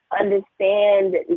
understand